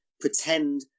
pretend